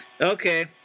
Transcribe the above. okay